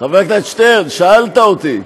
חבר הכנסת שטרן, שאלת אותי,